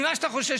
ממה שאתה חושש,